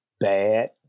bad